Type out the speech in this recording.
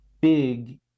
big